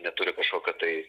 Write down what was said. neturi kažkokio tai